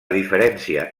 diferència